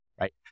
right